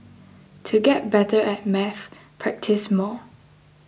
to get better at maths practise more